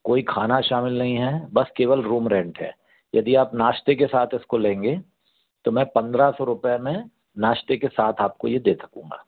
कोई खाना शामिल नहीं है बस केवल रूम रेंट है यदि आप नाश्ते के साथ इसको लेंगे तो मैं पंद्रह सौ रुपये में नाश्ते के साथ आपको ये दे सकूँगा